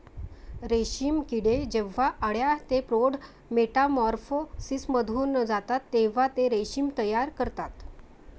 रेशीम किडे जेव्हा अळ्या ते प्रौढ मेटामॉर्फोसिसमधून जातात तेव्हा ते रेशीम तयार करतात